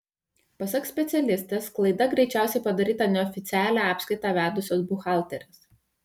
pasak specialistės klaida greičiausiai padaryta neoficialią apskaitą vedusios buhalterės